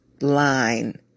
line